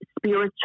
spiritual